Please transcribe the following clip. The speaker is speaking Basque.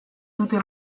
dute